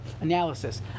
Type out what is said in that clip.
analysis